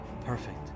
Perfect